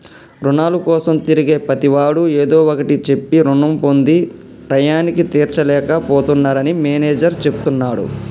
రుణాల కోసం తిరిగే ప్రతివాడు ఏదో ఒకటి చెప్పి రుణం పొంది టైయ్యానికి తీర్చలేక పోతున్నరని మేనేజర్ చెప్తున్నడు